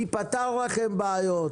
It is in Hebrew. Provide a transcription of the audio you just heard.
מי פתר לכם בעיות,